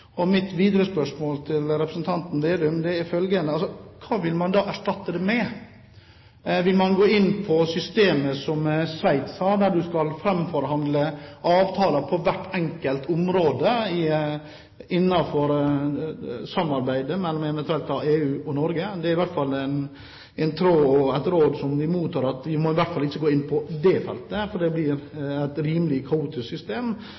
Og mitt videre spørsmål til representanten Slagsvold Vedum er følgende: Hva vil man da erstatte avtalen med? Vil man gå inn på systemet som Sveits har, at man framforhandler avtaler på hvert enkelt område innenfor samarbeidet – mellom da eventuelt EU og Norge? Når det gjelder den tråden, mottar vi råd om at vi i hvert fall ikke må gå inn på det feltet, for det blir